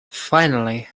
finally